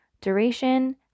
duration